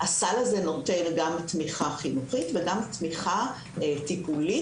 הסל הזה נותן גם תמיכה חינוכית וגם תמיכה טיפולית,